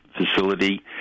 facility